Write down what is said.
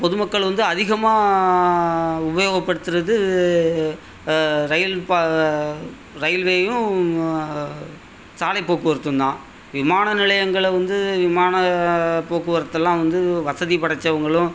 பொதுமக்கள் வந்து அதிகமாக உபயோகப்படுத்துறது ரயில் பா ரயில்வேயும் சாலை போக்குவரத்தும் தான் விமான நிலையங்கள வந்து விமானப் போக்குவரத்துல்லாம் வந்து வசதி படச்சவுங்களும்